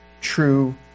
true